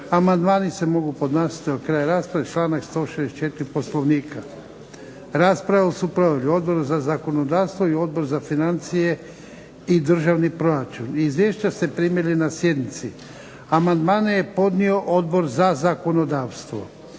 Amandmani se mogu podnositi do kraja rasprave, članak 164. Poslovnika. Raspravu su proveli Odbor za zakonodavstvo i Odbor za financije i državni proračun. Izvješća ste primili na sjednici. Amandmane je podnio Odbor za zakonodavstvo.